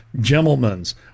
Gentlemen's